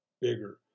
bigger